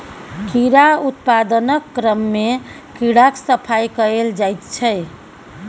कीड़ा उत्पादनक क्रममे कीड़ाक सफाई कएल जाइत छै